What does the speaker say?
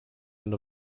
end